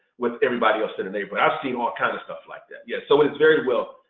with everybody else in a neighborhood. i've seen all kinds of stuff like that. yeah, so it's very well,